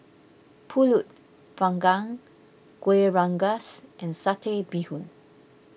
Pulut Panggang Kueh Rengas and Satay Bee Hoon